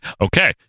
Okay